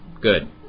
Good